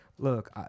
look